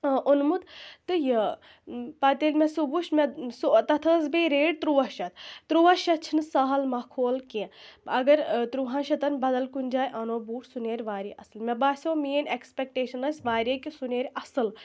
آ اوٚنمُت تہٕ یہِ پَتہٕ ییٚلہِ مےٚ سُہ وُچھ مےٚ سُہ تَتھ ٲسۍ بیٚیہِ ریٹ ترٛواہ شیٚتھ ترٛواہ شیٚتھ چھِنہٕ سہل مخول کیٚنٛہہ اگر ترٛواہَن شیٚتَن بدل کُنہِ جایہِ اَنَو بوٗٹھ سُہ نیرِ واریاہ اَصٕل مےٚ باسٮ۪و میٛٲنۍ اٮ۪کٕسپٮ۪کٹیشَن ٲسۍ واریاہ کہِ سُہ نیرِ اَصٕل